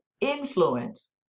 influence